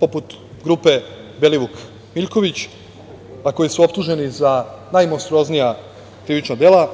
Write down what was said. poput grupe Belivuk -Miljković, a koji su optuženi za najmonstruoznija krivična dela.